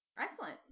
Excellent